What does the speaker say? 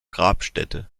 grabstätte